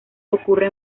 ocurre